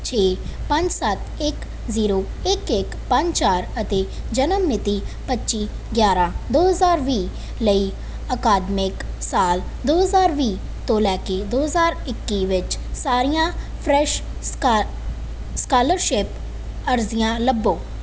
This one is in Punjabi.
ਛੇ ਪੰਜ ਸੱਤ ਇੱਕ ਜ਼ੀਰੋ ਇੱਕ ਇੱਕ ਪੰਜ ਚਾਰ ਅਤੇ ਜਨਮ ਮਿਤੀ ਪੱਚੀ ਗਿਆਰ੍ਹਾਂ ਦੋ ਹਜ਼ਾਰ ਵੀਹ ਲਈ ਅਕਾਦਮਿਕ ਸਾਲ ਦੋ ਹਜ਼ਾਰ ਵੀਹ ਤੋਂ ਲੈ ਕੇ ਦੋ ਹਜ਼ਾਰ ਇੱਕੀ ਵਿੱਚ ਸਾਰੀਆਂ ਫਰੈਸ਼ ਸਕਰ ਸਕਾਲਰਸ਼ਿਪ ਅਰਜ਼ੀਆਂ ਲੱਭੋ